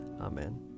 Amen